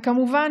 וכמובן,